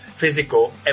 physical